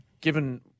given